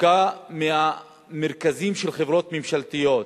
רחוקה מהמרכזים של חברות ממשלתיות.